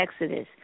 exodus